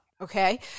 Okay